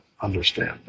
understand